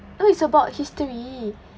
oh it's about history